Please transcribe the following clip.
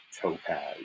Topaz